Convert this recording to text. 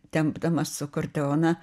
tempdamas akordeoną